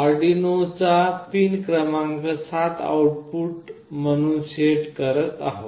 अर्डिनोचा pin क्रमांक 7 output म्हणून set करत आहोत